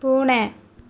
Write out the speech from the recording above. பூனை